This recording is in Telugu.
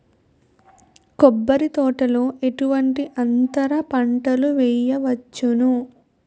కొబ్బరి తోటలో ఎటువంటి అంతర పంటలు వేయవచ్చును?